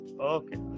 okay